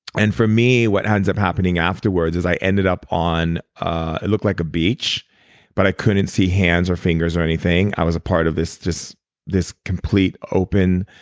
and for me, what ends up happening afterwards is i ended up on, ah it looked like a beach but i couldn't see hands or fingers or anything. i was a part of just this complete open,